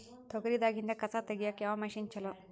ತೊಗರಿ ದಾಗಿಂದ ಕಸಾ ತಗಿಯಕ ಯಾವ ಮಷಿನ್ ಚಲೋ?